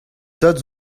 tad